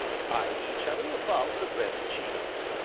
eyeing each other above the bread and cheese.